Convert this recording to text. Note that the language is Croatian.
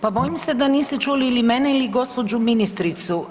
Pa bojim se da niste čuli ili mene ili gospođu ministricu.